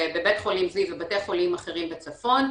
בבית חולים זיו ובתי חולים אחרים בצפון,